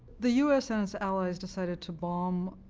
the u s. and its allies decided to bomb